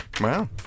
Wow